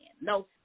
no